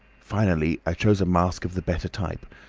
finally i chose a mask of the better type,